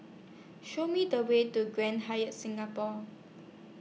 Show Me The Way to Grand Hyatt Singapore